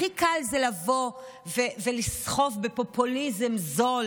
הכי קל זה לסחוף בפופוליזם זול,